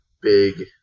big